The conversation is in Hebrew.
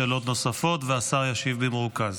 שאלות נוספות, והשר ישיב במרוכז.